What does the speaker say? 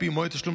והן ביוזמות